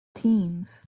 teams